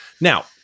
Now